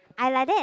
I like that